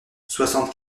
soixante